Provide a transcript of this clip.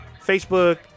Facebook